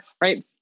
Right